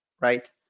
right